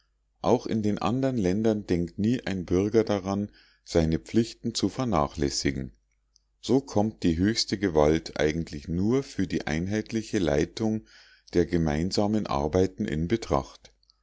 auch in den andern ländern denkt nie ein bürger daran seine pflichten zu vernachlässigen so kommt die höchste gewalt eigentlich nur für die einheitliche leitung der gemeinsamen arbeiten in betracht